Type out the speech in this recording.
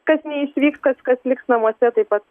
kas neišvyks kas kas liks namuose taip pat